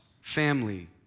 family